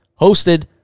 hosted